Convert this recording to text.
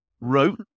wrote